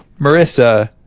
marissa